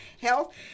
Health